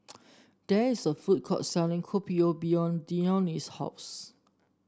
there is a food court selling Kopi O behind Dione's house